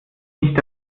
nicht